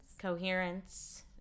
Coherence